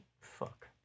Fuck